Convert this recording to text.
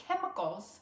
chemicals